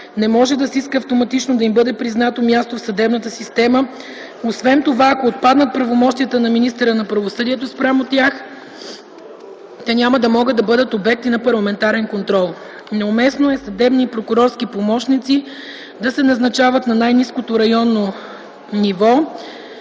не може да се иска автоматично да им бъде признато място в съдебната система. Освен това, ако отпаднат правомощията на министъра на правосъдието спрямо тях, те няма да могат да бъдат обект и на парламентарен контрол. Неуместно е съдебни и прокурорски помощници да се назначават на най-ниското - районно ниво.